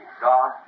God